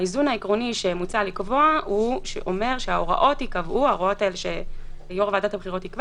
האיזון העקרוני שמוצע לקבוע אומר שההוראות שיושב-ראש ועדת הבחירות יקבע